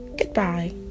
goodbye